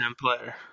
player